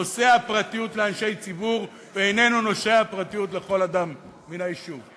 נושא הפרטיות של אנשי ציבור איננו נושא הפרטיות של כל אדם מן היישוב.